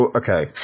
okay